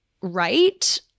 right –